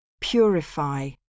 Purify